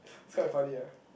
quite funny ah